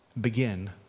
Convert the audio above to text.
begin